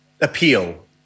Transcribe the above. appeal